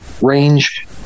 range